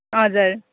हजुर